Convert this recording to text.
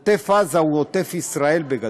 עוטף עזה הוא עוטף ישראל, בגדול.